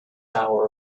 hour